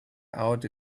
out